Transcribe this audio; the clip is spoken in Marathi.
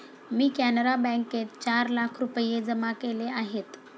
मी कॅनरा बँकेत चार लाख रुपये जमा केले आहेत